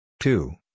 Two